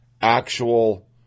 Actual